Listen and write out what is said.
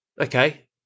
okay